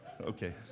Okay